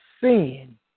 sin